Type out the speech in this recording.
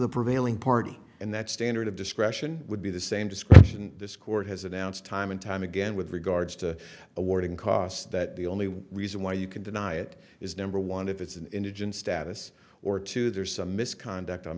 the prevailing party and that standard of discretion would be the same description this court has announced time and time again with regards to awarding costs that the only reason why you can deny it is number one if it's an indigent status or two there is some misconduct on